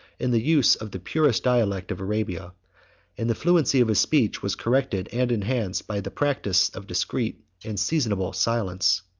in the use of the purest dialect of arabia and the fluency of his speech was corrected and enhanced by the practice of discreet and seasonable silence.